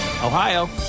Ohio